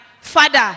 father